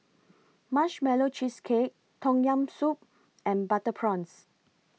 Marshmallow Cheesecake Tom Yam Soup and Butter Prawns